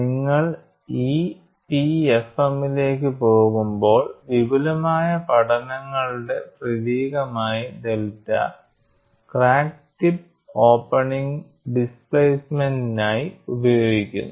നിങ്ങൾ EPFMലേക്ക് പോകുമ്പോൾ വിപുലമായ പഠനങ്ങളുടെ പ്രതീകമായി ഡെൽറ്റ ക്രാക്ക് ടിപ്പ് ഓപ്പണിംഗ് ഡിസ്പ്ലേസ്മെന്റിനായി ഉപയോഗിക്കുന്നു